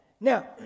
Now